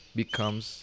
becomes